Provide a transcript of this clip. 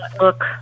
look